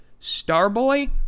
Starboy